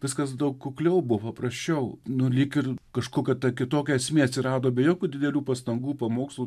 viskas daug kukliau buvo paprasčiau nu lyg ir kažkokia kitokia esmė atsirado be jokių didelių pastangų pamokslų